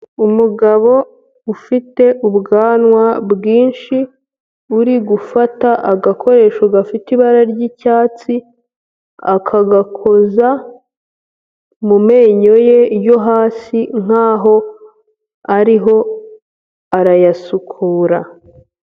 Umugabo ufite ubwanwa bwinshi uri gufata agakoresho gafite ibara ry'icyatsi, akagakoza mu menyo ye yo hasi nk'aho ariho arayasukura.